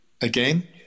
again